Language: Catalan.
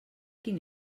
quin